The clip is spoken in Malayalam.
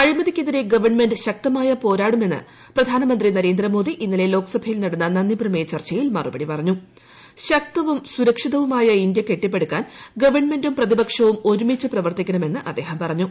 അഴിമതിക്കെതിരെ ഗവൺമെന്റ് ശക്തമായി പോരാടുമെന്ന് പ്രധാനമന്ത്രി നരേന്ദ്രമോദി ഇന്നല്ലൂ ലോക്സഭയിൽ നടന്ന നന്ദിപ്രമേയ ചർച്ചയിൽ മറുപടി പറഞ്ഞു ശ്ക്തവും സുരക്ഷിതവുമായ ഇന്ത്യ കെട്ടിപ്പടുക്കാൻ ഗവണ്മെന്റും പ്രതിപക്ഷവും ഒരുമിച്ച് പ്രവർത്തിക്കണമെന്ന് അദ്ദേഹം പറ്ഞു